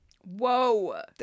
Whoa